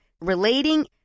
relating